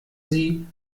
sie